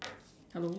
hello